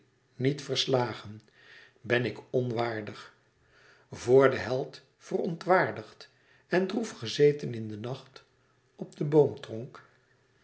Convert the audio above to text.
niet verslagen ben ik onwaardig vr den held verontwaardigd en droef gezeten in de nacht op den boomtronk